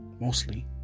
mostly